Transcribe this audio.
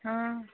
हँ